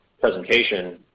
presentation